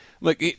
Look